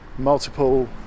multiple